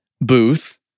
booth